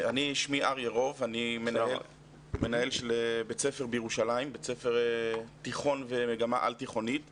אני מנהל בית ספר תיכון ומגמה על תיכונית בירושלים,